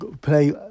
Play